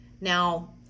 Now